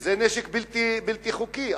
וזה נשק בלתי חוקי,